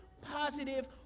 positive